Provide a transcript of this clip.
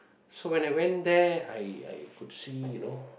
so when I went there I I could see you know